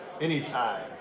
anytime